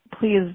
Please